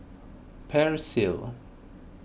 Persil